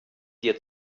dir